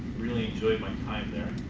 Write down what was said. really enjoyed my time there,